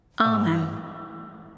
Amen